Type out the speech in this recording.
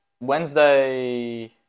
Wednesday